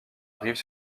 arrivent